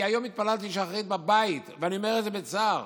אני היום התפללתי שחרית בבית ואני אומר את זה בצער.